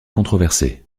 controversée